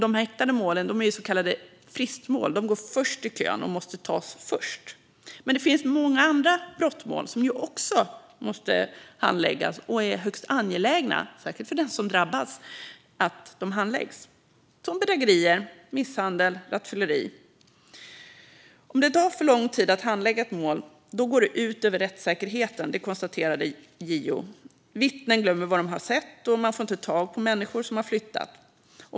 De häktade målen är så kallade fristmål - de går före i kön och måste tas först. Men det finns ju många andra brottmål som också är högst angelägna att handlägga - särskilt för den som drabbats - såsom bedrägerier, misshandel och rattfylleri. Om det tar för lång tid att handlägga ett mål går det ut över rättssäkerheten, konstaterade JO. Vittnen glömmer vad de har sett, och man får inte tag i människor som har flyttat.